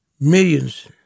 millions